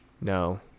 No